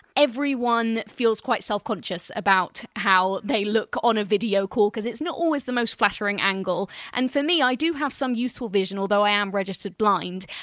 everyone feels quite self-conscious self-conscious about how they look on a video call because it's not always the most flattering angle. and for me i do have some useful vision, although i am registered blind,